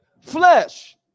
Flesh